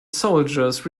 soldiers